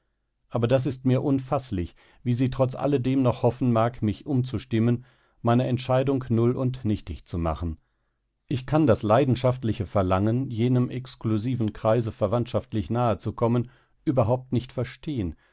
aber das ist mir unfaßlich wie sie trotz alledem noch hoffen mag mich umzustimmen meine entscheidung null und nichtig zu machen ich kann das leidenschaftliche verlangen jenem exklusiven kreise verwandtschaftlich nahe zu kommen überhaupt nicht verstehen